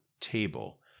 table